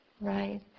right